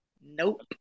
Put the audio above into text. Nope